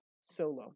solo